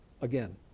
again